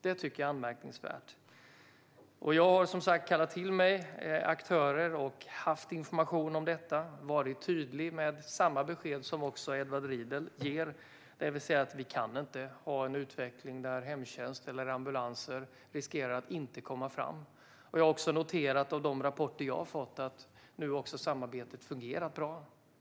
Det är anmärkningsvärt. Jag har som sagt kallat till mig aktörer och informerat om detta. Jag har varit tydlig med samma besked som Edward Riedl ger, det vill säga att vi inte kan ha en utveckling som innebär att hemtjänst eller ambulanser riskerar att inte komma fram. Jag har också noterat, av de rapporter jag har fått, att samarbetet har fungerat bra nu.